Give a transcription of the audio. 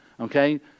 okay